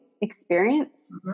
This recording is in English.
experience